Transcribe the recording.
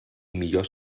millors